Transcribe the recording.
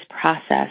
process